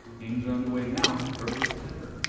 games are underway now through early september.